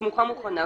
מוכנה,